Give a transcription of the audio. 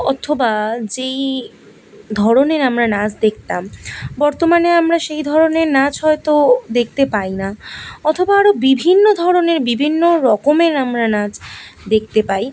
অথবা যেই ধরনের আমরা নাচ দেখতাম বর্তমানে আমরা সেই ধরনের নাচ হয়তো দেখতে পাই না অথবা আরও বিভিন্ন ধরনের বিভিন্ন রকমের আমরা নাচ দেখতে পাই